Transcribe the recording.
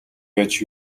байж